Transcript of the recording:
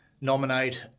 nominate